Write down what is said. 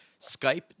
Skype